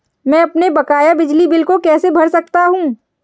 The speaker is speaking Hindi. मैं अपने बकाया बिजली बिल को कैसे भर सकता हूँ?